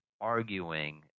arguing